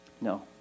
No